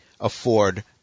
afford